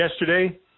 yesterday